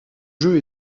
jeu